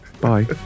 bye